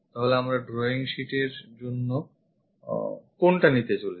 তাহলে আমরা drawing sheet এর জন্য কোনটা নিতে চলেছি